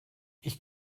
ich